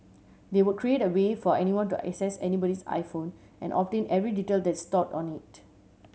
they would create a way for anyone to access anybody's iPhone and obtain every detail that's stored on it